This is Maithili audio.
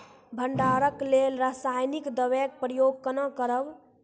भंडारणक लेल रासायनिक दवेक प्रयोग कुना करव?